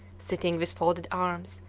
sitting with folded arms,